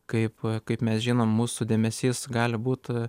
kaip kaip mes žinom mūsų dėmesys gali būt